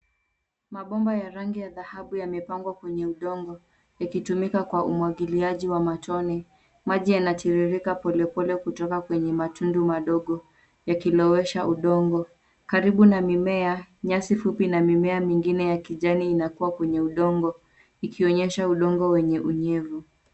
Mabomba ya rangi ya dhahabu yamepangwa kwenye udongo, yakitumika kwa umwagiliaji wa matone. Maji yanatiririka polepole kutoka kwenye matundu madogo yakilowesha udongo. Karibu na mimea nyasi fupi na mimea mingine ya kijani inakua kwenye udongo ikionyesha udongo wenye unyevu.